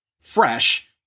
fresh